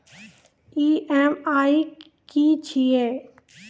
EMI की छिये?